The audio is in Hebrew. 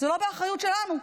זה לא באחריות שלנו.